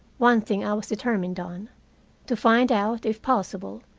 one thing i was determined on to find out, if possible,